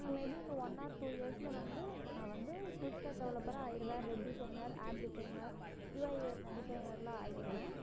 maybe இன்னும் one or two இயர்ஸ்சில் வந்து நான் வந்து ஃபுல் ஸ்டேக் டெவெலப்பராக ஆகிடுவேன் web designer app designer UI UX டிசைனரெலாம் ஆகிவிடுவேன்